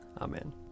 Amen